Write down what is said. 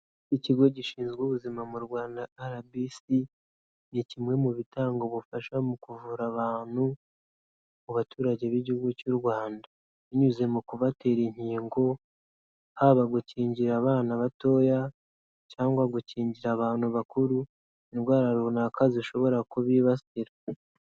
Ikigo gishinzwe ubuzima mu Rwanda arabisi ni kimwe mu bitanga ubufasha mu kuvura abantu, mu baturage b'igihugu cy'u Rwanda binyuze mu kubatera inkingo; haba gukingira abana batoya cyangwa gukingira abantu bakuru indwara runaka zishobora kubibasira.